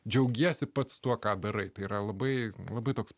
džiaugiesi pats tuo ką darai tai yra labai labai toks